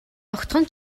огтхон